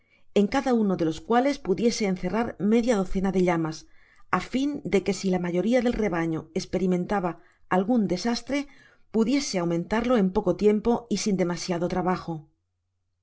en cada uno de los cuales pudiese encerrar media docena de llamas á fin de que si la mayoria del rebano esperimentaba algun desastre pudiese aumentarlo en poco tiempo y sin demasiado trabajo